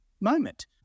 moment